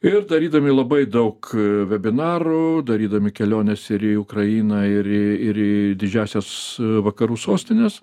ir darydami labai daug vebinarų darydami keliones ir į ukrainą ir į ir į didžiąsias vakarų sostines